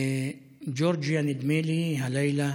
ג'ורג'יה, נדמה לי, הלילה